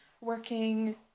working